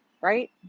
Right